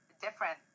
different